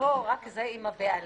שפה זה רק עם הבעלים.